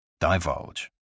Divulge